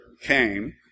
came